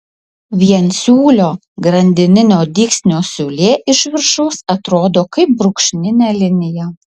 viensiūlio grandininio dygsnio siūlė iš viršaus atrodo kaip brūkšninė linija